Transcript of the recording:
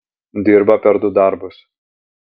dirba per du darbus